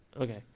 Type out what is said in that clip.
Okay